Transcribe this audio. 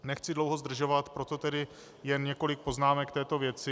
Nechci dlouho zdržovat, proto jen několik poznámek k této věci.